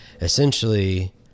essentially